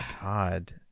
God